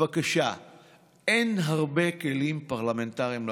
בבקשה, אין הרבה כלים פרלמנטריים לאופוזיציה.